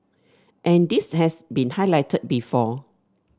and this has been highlighted before